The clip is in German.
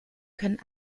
können